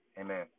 Amen